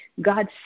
God